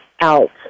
out